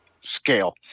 scale